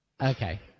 Okay